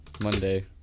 Monday